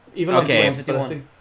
Okay